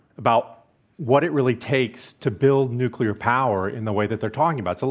about what it really takes to build nuclear power in the way that they're talking about. so,